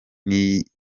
niyibizi